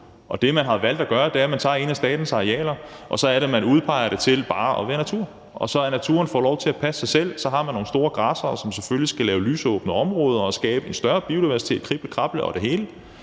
Det, man har valgt at gøre, er, at man tager et af statens arealer, og så er det, at man udpeger det til bare at være natur, hvor naturen får lov til at passe sig selv, og så har man nogle store græssere, som selvfølgelig skal lave lysåbne områder og skabe en større biodiversitet, krible, krable og det hele.